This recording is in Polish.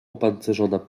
opancerzona